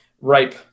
ripe